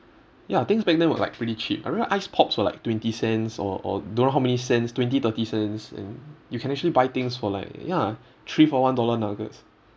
ya things back then were like pretty cheap I remember ice pops were like twenty cents or or don't know how many cents twenty thirty cents and you can actually buy things for like ya three for one dollar nuggets